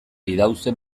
idauze